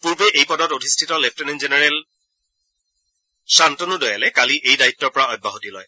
পূৰ্বে এই পূদত অধিষ্ঠিত লেফটেনেণ্ট জেনেৰেল শান্তনু দয়ালে কালি এই দায়িতৃৰ পৰা অব্যাহতি লয়